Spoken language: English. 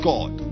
God